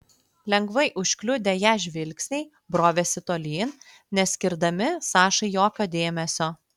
lengvai užkliudę ją žvilgsniai brovėsi tolyn neskirdami sašai jokio dėmesio